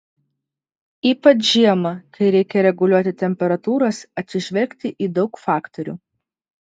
ypač žiemą kai reikia reguliuoti temperatūras atsižvelgti į daug faktorių